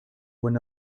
when